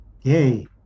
Yay